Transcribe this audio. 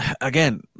again